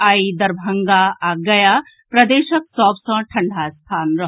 आई दरभंगा आ गया प्रदेशक सभ सँ ठंढ़ा स्थान रहल